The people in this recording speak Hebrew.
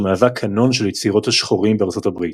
מהווה קנון של יצירות השחורים בארצות הברית.